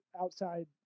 outside